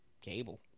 cable